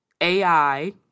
AI